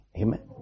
amen